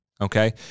okay